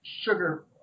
sugar